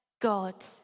God